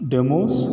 Demos